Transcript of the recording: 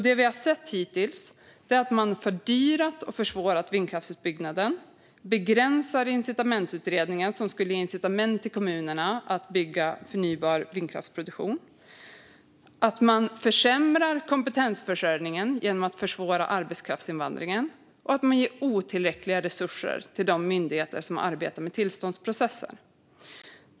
Det vi har sett hittills är att man har fördyrat och försvårat vindkraftsutbyggnaden, begränsat incitamentsutredningen som skulle ge incitament till kommunerna att bygga förnybar vindkraftsproduktion, försämrat kompetensförsörjningen genom att försvåra arbetskraftsinvandringen och gett otillräckliga resurser till de myndigheter som arbetar med tillståndsprocesser.